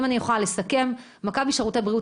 אם אני יכולה לסכם: מכבי שירותי בריאות